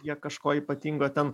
jie kažko ypatingo ten